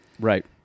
Right